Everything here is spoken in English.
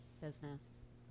business